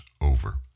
over